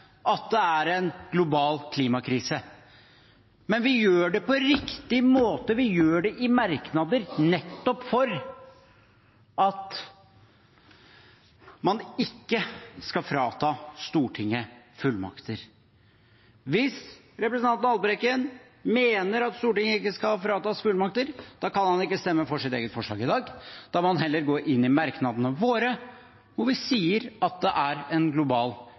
at det er en global klimakrise. Men vi gjør det på riktig måte, vi gjør det i merknader nettopp for at man ikke skal frata Stortinget fullmakter. Hvis representanten Haltbrekken mener at Stortinget ikke skal fratas fullmakter, kan han ikke stemme for sitt eget forslag i dag, da må han heller gå inn i merknadene våre, hvor vi sier at det er en global